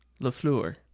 LeFleur